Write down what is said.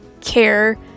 care